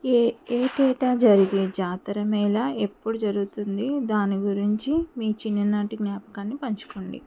ఏ ఏటేటా జరిగే జాతర మేళా ఎప్పుడు జరుగుతుంది దాని గురించి మీ చిన్ననాటి జ్ఞాపకాన్ని పంచుకోండి